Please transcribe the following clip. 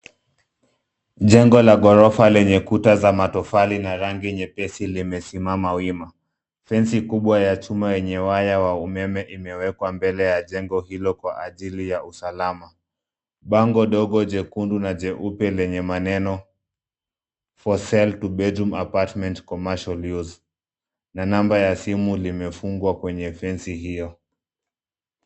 Jengo la gorofa lenye kuta za matofali na rangi nyepesi limesimama wima. Fensi kubwa ya chuma yenye waya wa umeme imewekwa mbele ya jengo hilo kwa ajili ya usalama. Bango dogo jekundu na jeupe lenye maneno for sale two bedroom apartment commercial use na namba ya simu limefungwa kwenye fensi hio.